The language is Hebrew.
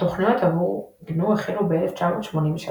התוכניות עבור גנו החלו ב־1983,